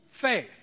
faith